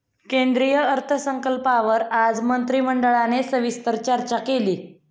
केंद्रीय अर्थसंकल्पावर आज मंत्रिमंडळाने सविस्तर चर्चा केली